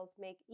make